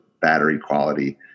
battery-quality